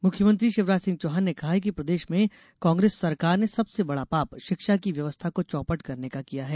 CM PC मुख्यमंत्री शिवराज सिंह चौहान ने कहा है कि प्रदेश में कांग्रेस सरकार ने सबसे बड़ा पाप शिक्षा की व्यवस्था को चौपट करने का किया है